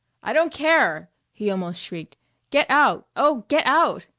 i don't care! he almost shrieked get out oh, get out!